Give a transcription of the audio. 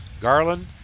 Garland